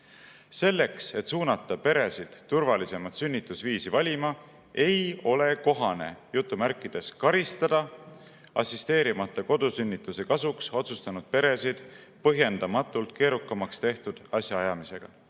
Selleks, et suunata peresid turvalisemat sünnitusviisi valima, ei ole kohane "karistada" assisteerimata kodusünnituse kasuks otsustanud peresid põhjendamatult keerukamaks tehtud asjaajamisega."